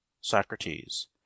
socrates